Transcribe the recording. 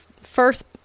first